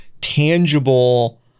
tangible